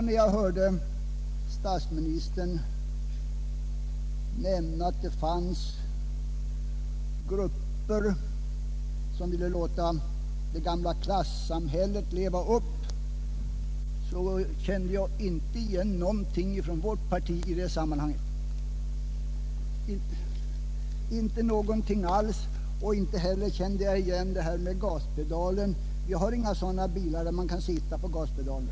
När jag hörde statsministern nämna att det fanns grupper som ville låta det gamla klassamhället leva upp, så kände jag inte igen något från vårt parti i det sammanhanget. Inte någonting alls! Och inte heller kände jag igen det där om gaspedalen. Vi har inte bilar där man kan sitta på gaspedalen!